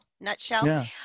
nutshell